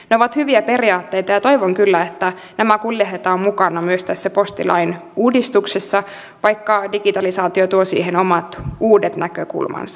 ne ovat hyviä periaatteita ja toivon kyllä että nämä kuljetetaan mukana myös tässä postilain uudistuksessa vaikka digitalisaatio tuo siihen omat uudet näkökulmansa